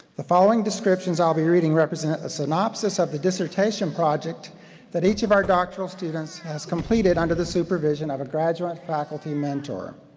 the following descriptions i'll be reading represent a synopsis of the dissertation project that each of our doctoral students has completed under the supervision of a graduate faculty mentor.